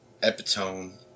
Epitone